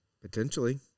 Potentially